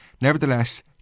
Nevertheless